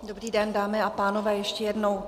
Dobrý den, dámy a pánové, ještě jednou.